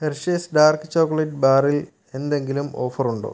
Hershey's dark chocolate ബാറിൽ എന്തെങ്കിലും offer ഉണ്ടോ